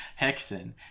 Hexen